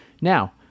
Now